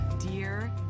Dear